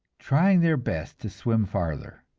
trying their best to swim farther.